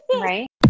right